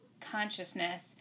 consciousness